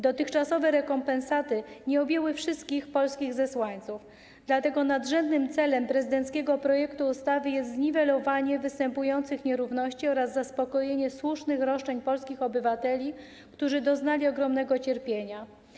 Dotychczasowe rekompensaty nie objęły wszystkich polskich zesłańców, dlatego nadrzędnym celem prezydenckiego projektu ustawy jest zniwelowanie występujących nierówności oraz zaspokojenie słusznych roszczeń polskich obywateli, którzy doznali ogromnego cierpienia.